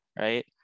right